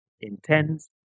intends